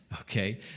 Okay